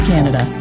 Canada